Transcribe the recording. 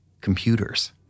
Computers